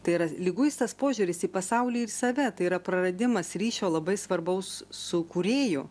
tai yra liguistas požiūris į pasaulį ir save tai yra praradimas ryšio labai svarbaus su kūrėju